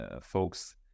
folks